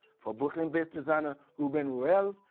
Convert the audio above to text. for brooklyn-based designer, reuben reuel,